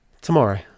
tomorrow